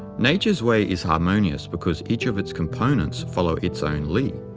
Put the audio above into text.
nature's way is harmonious because each of its components follows its own li,